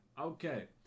Okay